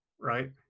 Right